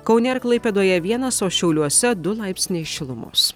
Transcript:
kaune ir klaipėdoje vienas o šiauliuose du laipsniai šilumos